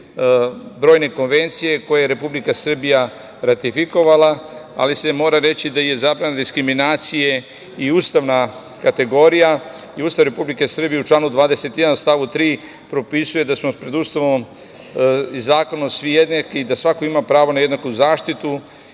brojne konvencije koje Republika Srbija ratifikovala, ali se mora reći da je zabrana diskriminacije i ustavna kategorija. Ustav Republike Srbije u članu 21. stav 3. propisuje da smo pred Ustavom i zakonom svi jednaki i da svako ima pravo na jednaku zaštitu